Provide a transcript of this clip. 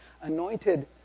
anointed